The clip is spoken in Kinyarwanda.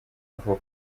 vuba